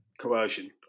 coercion